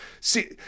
see